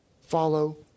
follow